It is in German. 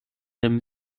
dem